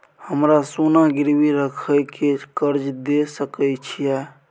हमरा सोना गिरवी रखय के कर्ज दै सकै छिए?